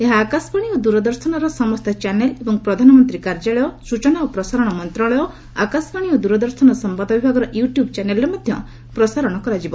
ଏହା ଆକାଶବାଣୀ ଓ ଦୂରଦର୍ଶନର ସମସ୍ତ ଚ୍ୟାନେଲ ଏବଂ ପ୍ରଧାନମନ୍ତ୍ରୀ କାର୍ଯ୍ୟାଳୟ ସ୍ବଚନା ଓ ପ୍ରସାରଣ ମନ୍ତ୍ରଣାଳୟ ଆକାଶବାଣୀ ଓ ଦୂରଦର୍ଶନ ସମ୍ବାଦ ବିଭାଗର ୟୁ ଟ୍ୟୁବ ଚ୍ୟାନେଲରେ ମଧ୍ୟ ପ୍ରସାରଣ କରାଯିବ